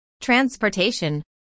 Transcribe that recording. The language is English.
transportation